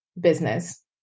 business